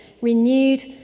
renewed